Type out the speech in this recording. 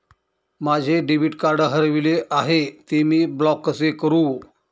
माझे debit card हरविले आहे, ते मी ब्लॉक कसे करु?